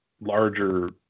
larger